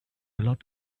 lot